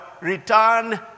return